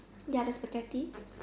ya the Spaghetti